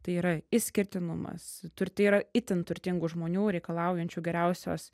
tai yra išskirtinumas tur taiyra itin turtingų žmonių reikalaujančių geriausios